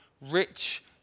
rich